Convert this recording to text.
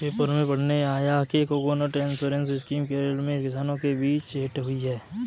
paper में पढ़ने आया कि कोकोनट इंश्योरेंस स्कीम केरल में किसानों के बीच हिट हुई है